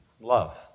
love